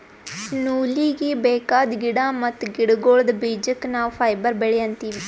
ನೂಲೀಗಿ ಬೇಕಾದ್ ಗಿಡಾ ಮತ್ತ್ ಗಿಡಗೋಳ್ದ ಬೀಜಕ್ಕ ನಾವ್ ಫೈಬರ್ ಬೆಳಿ ಅಂತೀವಿ